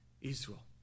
Israel